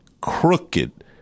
crooked